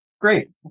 Great